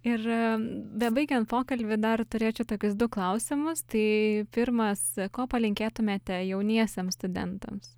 ir bebaigiant pokalbį dar turėčiau tokius du klausimus tai pirmas ko palinkėtumėte jauniesiems studentams